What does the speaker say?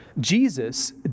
Jesus